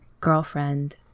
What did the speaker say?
girlfriend